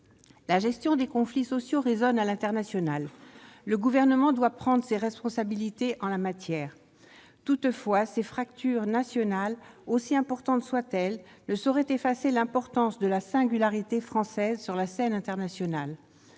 La gestion des conflits sociaux résonne à l'international. Le Gouvernement doit prendre ses responsabilités en la matière. Toutefois, ces fractures nationales, aussi importantes soient-elles, ne sauraient effacer l'importance de la singularité française sur la scène internationale,